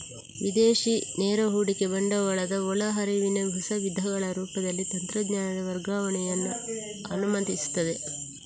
ವಿದೇಶಿ ನೇರ ಹೂಡಿಕೆ ಬಂಡವಾಳದ ಒಳ ಹರಿವಿನ ಹೊಸ ವಿಧಗಳ ರೂಪದಲ್ಲಿ ತಂತ್ರಜ್ಞಾನದ ವರ್ಗಾವಣೆಯನ್ನ ಅನುಮತಿಸ್ತದೆ